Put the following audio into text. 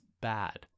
bad